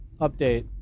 update